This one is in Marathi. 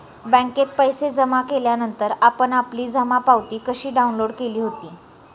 बँकेत पैसे जमा केल्यानंतर आपण आपली जमा पावती कशी डाउनलोड केली होती?